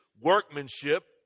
workmanship